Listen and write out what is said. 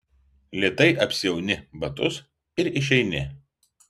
lėtai apsiauni batus ir išeini